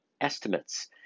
estimates